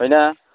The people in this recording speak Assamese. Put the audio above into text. হয়না